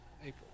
April